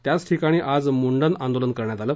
त्याच ठिकाणी आज मुंडन आंदोलन करण्यात आलं